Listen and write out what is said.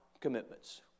commitments